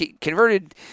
converted